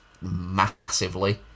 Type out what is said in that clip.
massively